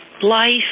Life